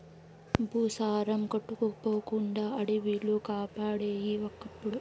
భూసారం కొట్టుకుపోకుండా అడివిలు కాపాడేయి ఒకప్పుడు